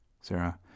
Sarah